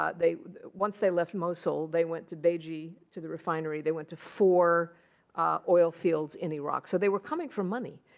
ah once they left mosul, they went to baiji, to the refinery. they went to four oil fields in iraq. so they were coming for money.